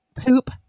poop